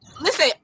Listen